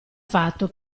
fatto